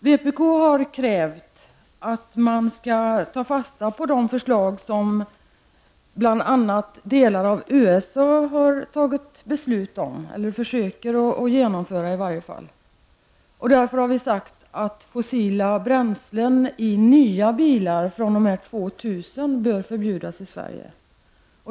Vänsterpartiet har krävt att vi skall ta fasta på de förslag som man i varje fall i delar av USA försöker genomföra. Därför har vi sagt att fossila bränslen i nya bilar fr.o.m. år 2000 bör förbjudas i Sverige.